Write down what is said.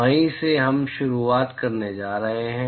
तो वहीं से हम शुरुआत करने जा रहे हैं